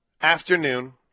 afternoon